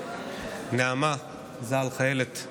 נעמה ז"ל, חיילת,